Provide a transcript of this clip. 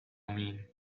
mean